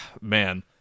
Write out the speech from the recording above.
man